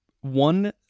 One